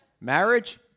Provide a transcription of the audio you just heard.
Marriage